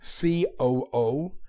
COO